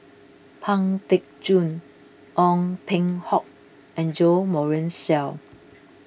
Pang Teck Joon Ong Peng Hock and Jo Marion Seow